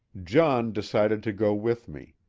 john decided to go with me.